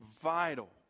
vital